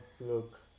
look